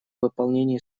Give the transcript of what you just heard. выполнении